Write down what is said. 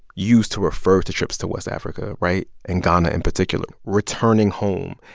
use to refer to trips to west africa right? and ghana in particular returning home.